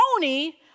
Tony